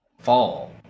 fall